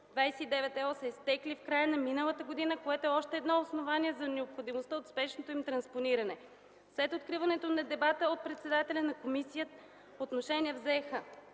ЕО са изтекли в края на миналата година, което е още едно основание за необходимостта от спешното им транспониране. След откриването на дебата от председателя на комисията отношение взеха: